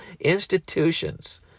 institutions